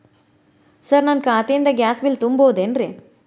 Sir ನನ್ನ ಖಾತೆಯಿಂದ gas bill ತುಂಬಹುದೇನ್ರಿ?